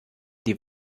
die